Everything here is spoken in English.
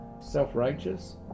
self-righteous